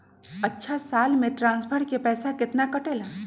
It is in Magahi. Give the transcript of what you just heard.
अछा साल मे ट्रांसफर के पैसा केतना कटेला?